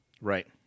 right